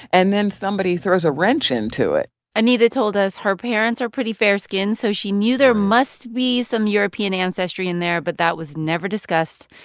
and then somebody throws a wrench into it anita told us her parents are pretty fair-skinned, so she knew there must be some european ancestry in there, but that was never discussed.